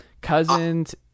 Cousins